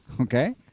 Okay